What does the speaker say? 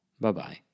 bye-bye